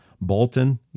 Bolton